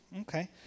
Okay